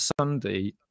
Sunday